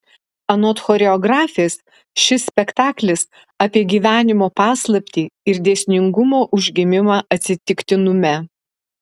anot choreografės šis spektaklis apie gyvenimo paslaptį ir dėsningumo užgimimą atsitiktinume